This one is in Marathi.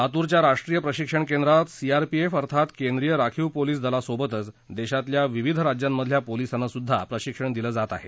लातूरच्या राष्ट्रीय प्रशिक्षण केंद्रात सीआरपीएफ अर्थात केंद्रीय राखीव पोलिस दलासोबतच देशातल्या विविध राज्यांमधल्या पोलिसांनासुद्धा प्रशिक्षण दिलं जात आहे